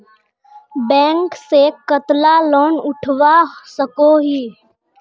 Bank से कतला loan उठवा सकोही?